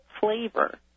flavor